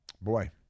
Boy